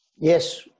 Yes